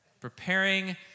preparing